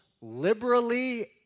liberally